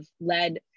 led